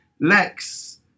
Lex